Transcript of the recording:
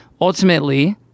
ultimately